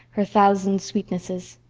her thousand sweetnesses.